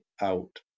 out